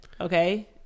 Okay